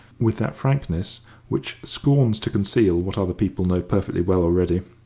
with that frankness which scorns to conceal what other people know perfectly well already.